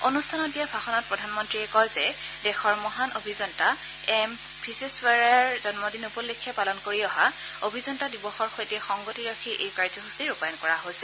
অনুষ্ঠানত দিয়া ভাষণত প্ৰধানমন্ত্ৰীয়ে কয় যে দেশৰ মহান অভিযন্তা এম ভিধ্বেচছৰৰায়া জন্ম দিন উপলক্ষে পালন কৰি অহা অভিযন্তা দিৱসৰ সৈতে সংগতি ৰাখি এই কাৰ্যসূচী ৰূপায়ণ কৰা হৈছে